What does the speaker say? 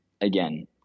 again